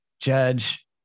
judge